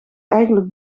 eigenlijk